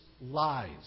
lies